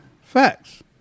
facts